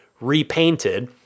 repainted